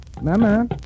Mama